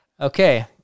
okay